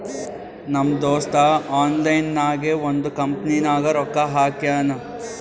ನಮ್ ದೋಸ್ತ ಆನ್ಲೈನ್ ನಾಗೆ ಒಂದ್ ಕಂಪನಿನಾಗ್ ರೊಕ್ಕಾ ಹಾಕ್ಯಾನ್